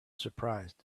surprised